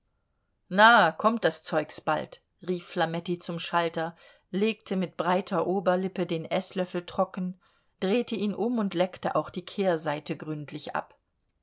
na kommt das zeugs bald rief flametti zum schalter legte mit breiter oberlippe den eßlöffel trocken drehte ihn um und leckte auch die kehrseite gründlich ab